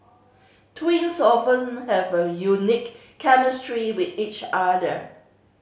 twins often have a unique chemistry with each other